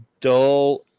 dull